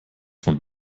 von